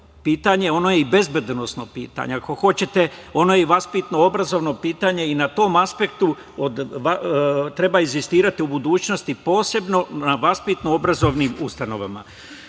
pitanje i bezbednosno pitanje, ako hoćete, ono je i vaspitno-obrazovno pitanje i na tom aspektu treba insistirati u budućnosti posebno na vaspitno-obrazovnim ustanovama. Kada